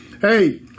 Hey